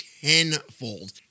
tenfold